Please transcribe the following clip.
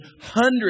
hundreds